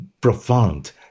profound